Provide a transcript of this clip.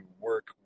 work